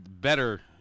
better